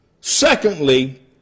Secondly